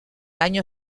año